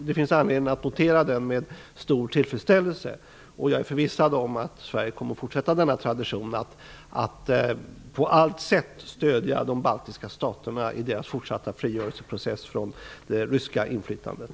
Det finns anledning att notera den med stor tillfredsställelse, och jag är förvissad om att Sverige kommer att fortsätta denna tradition att på allt sätt stödja de baltiska staterna i deras fortsatta process för frigörelse från det ryska inflytandet.